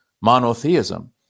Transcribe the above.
monotheism